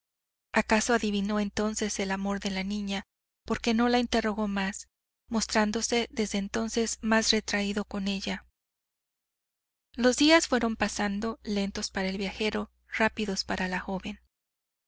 acaso adivinó entonces el amor de la niña porque no la interrogó más mostrándose desde entonces más retraído con ella los días fueron pasando lentos para el viajero rápidos para la joven